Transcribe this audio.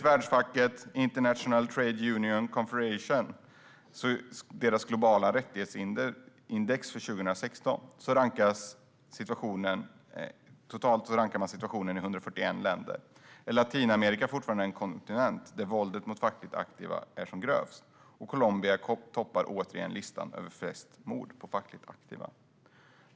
Världsfacket International Trade Union Confederation rankar i sitt globala rättighetsindex för 2016 situationen i totalt 141 länder. Latinamerika är fortfarande den kontinent där våldet mot fackligt aktiva är som grövst, och Colombia toppar återigen listan över flest mord på fackligt aktiva.